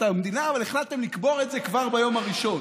המדינה אבל החלטתם לקבור את זה כבר ביום הראשון,